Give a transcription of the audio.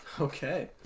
Okay